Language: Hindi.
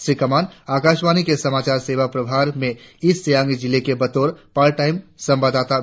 श्री कमान आकाशवाणी के समाचार सेवा प्रभार में ईस्ट सियांग जिला के बतोर पार टाईम संवाददाता भी है